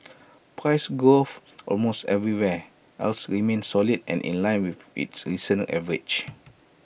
price growth almost everywhere else remained solid and in line with its recent average